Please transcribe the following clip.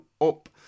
up